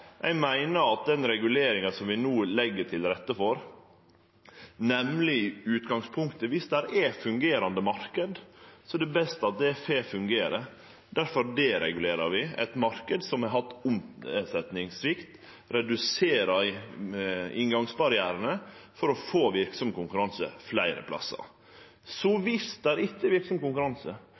Eg meiner reguleringa vi no legg til rette for, har utgangspunkt i at viss det er ein fungerande marknad, er det best at han får fungere. Difor deregulerer vi ein marknad som har hatt svikt i omsetjinga, og vi reduserer inngangsbarrierane for å få verksam konkurranse fleire plassar. Viss det ikkje er verksam konkurranse,